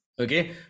Okay